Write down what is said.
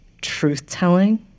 truth-telling